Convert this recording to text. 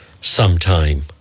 sometime